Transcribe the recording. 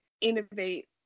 innovate